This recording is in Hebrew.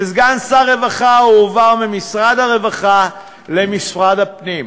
וסגן שר הרווחה הועבר ממשרד הרווחה למשרד הפנים.